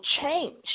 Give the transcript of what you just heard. change